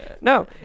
No